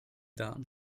done